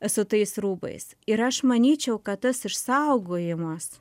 su tais rūbais ir aš manyčiau kad tas išsaugojimas